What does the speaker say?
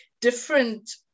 different